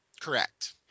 Correct